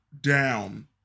down